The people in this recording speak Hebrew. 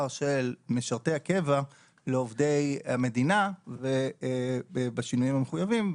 של משרתי הקבע לעובדי המדינה בשינויים המחויבים,